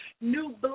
new